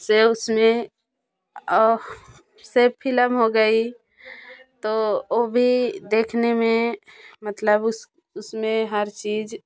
से उसमें से फिल्म हो गई तो वो भी देखने में मतलब उसमें हर चीज